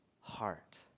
heart